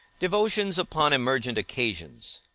devotions upon emergent occasions,